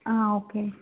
okay